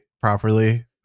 properly